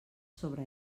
sobre